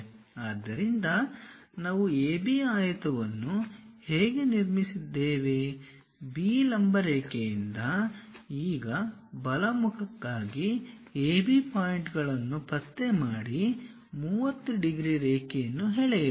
ಆದ್ದರಿಂದ ನಾವು AB ಆಯತವನ್ನು ಹೇಗೆ ನಿರ್ಮಿಸಿದ್ದೇವೆ B ಲಂಬ ರೇಖೆಯಿಂದ ಈಗ ಬಲ ಮುಖಕ್ಕಾಗಿ AB ಪಾಯಿಂಟ್ಗಳನ್ನು ಪತ್ತೆ ಮಾಡಿ 30 ಡಿಗ್ರಿ ರೇಖೆಯನ್ನು ಎಳೆಯಿರಿ